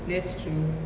that's true